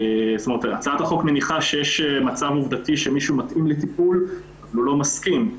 הצעת החוק מניחה שיש מצב עובדתי שמישהו מתאים לטיפול והוא לא מסכים.